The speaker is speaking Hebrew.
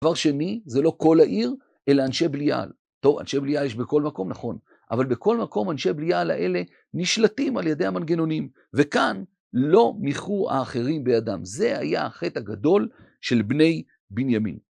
דבר שני, זה לא כל העיר, אלא אנשי בליעל. טוב, אנשי בליעל יש בכל מקום, נכון, אבל בכל מקום אנשי בליעל האלה נשלטים על ידי המנגנונים, וכאן לא ניחו האחרים בידם. זה היה החטא הגדול של בני בנימין.